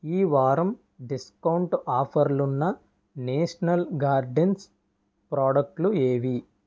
ఈవారం discount ఆఫర్లున్న National Gardens ప్రాడక్టులు ఏవి